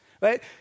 right